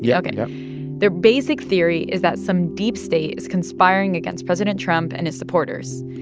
yeah ok yup their basic theory is that some deep state is conspiring against president trump and his supporters.